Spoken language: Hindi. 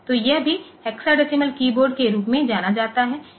तो यह भी हेक्साडेसिमल कीयबोर्ड के रूप में जाना जाता है